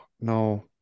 No